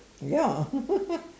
ya